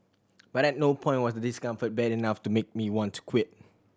but at no point was the discomfort bad enough to make me want to quit